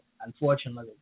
Unfortunately